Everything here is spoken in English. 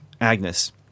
Agnes